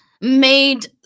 made